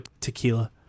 tequila